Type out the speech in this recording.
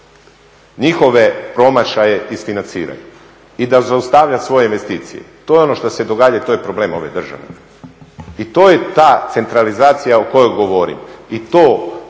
njihove promašaje isfinanciraju i da zaustavlja svoje investicije. To je ono što se događa, to je problem ove države. I to je ta centralizacija o kojoj govorim.